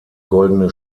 goldene